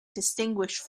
distinguished